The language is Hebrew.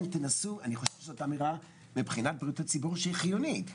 אני חושב שזו אמירה מבחינת בריאות הציבור שהיא חיונית.